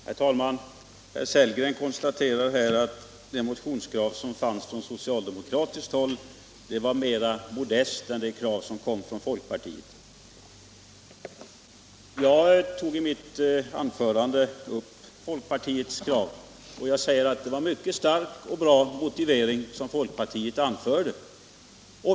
Herr talman! Herr Sellgren konstaterar att det motionskrav som fanns från socialdemokratiskt håll var mera modest än det krav som kom från folkpartiet. Jag tog i mitt anförande upp folkpartiets krav, och jag sade att det var en mycket stark och bra motivering som folkpartiet anförde.